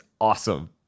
awesome